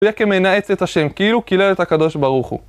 יהיה כמנעץ את השם, כאילו קילל את הקדוש ברוך הוא.